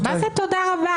מה זה "תודה רבה"?